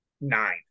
nine